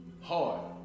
hard